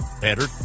better